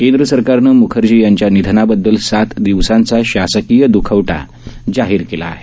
केंद्र सरकारनं मुखर्जी यांच्या निधनाबद्दल सात दिवसांचा शासकीय द्खवटा जाहीर केला आहे